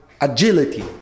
agility